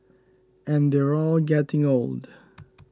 and they're all getting old